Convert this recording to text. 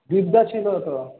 বিদ্যা ছিল তো